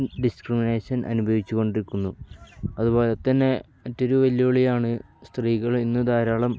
discrimination അനുഭവിച്ചുകൊണ്ടിരിക്കുന്നു അതുപോലെത്തന്നെ മറ്റൊരു വെല്ലുവിളിയാണ് സ്ത്രീകൾ ഇന്ന് ധാരാളം